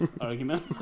argument